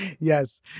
Yes